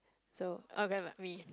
so all grab by me